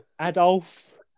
Adolf